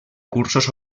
cursos